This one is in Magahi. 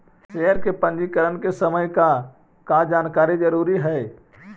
शेयर के पंजीकरण के समय का का जानकारी जरूरी हई